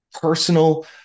personal